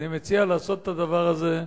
אני מציע לעשות את הדבר הזה,